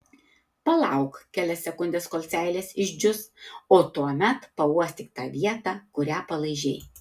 palauk kelias sekundes kol seilės išdžius o tuomet pauostyk tą vietą kurią palaižei